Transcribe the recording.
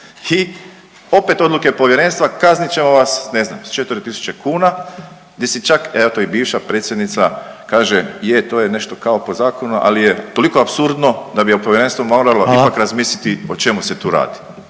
I opet odluke povjerenstva kaznit ćemo vas sa ne znam 4000 kuna, gdje se čak eto i bivša predsjednica kaže je to je nešto kao po zakonu, ali je toliko apsurdno da bi ovo povjerenstvo moralo …… /Upadica Reiner: